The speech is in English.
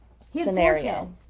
scenario